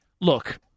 look